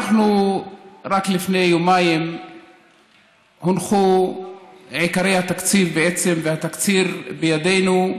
רק לפני יומיים הונחו עיקרי התקציב והתקציר בידינו,